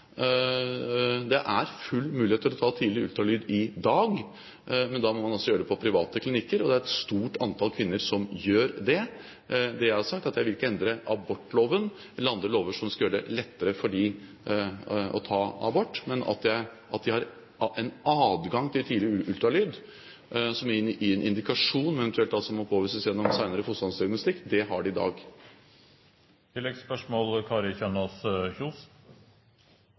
Det er full mulighet til å ta tidlig ultralyd i dag, men da må man gjøre det på private klinikker. Det er et stort antall kvinner som gjør det. Det jeg har sagt, er at jeg vil ikke endre abortloven eller andre lover som skal gjøre det lettere for dem å ta abort, men at de har en adgang til tidlig ultralyd som gir en indikasjon, og som eventuelt må påvises gjennom senere fostervannsdiagnostikk. Det har de i dag. Kari Kjønaas Kjos